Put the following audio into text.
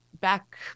back